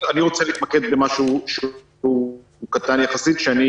אני רוצה להתמקד במשהו שהוא קטן יחסית שאני